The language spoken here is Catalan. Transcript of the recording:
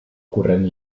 corrent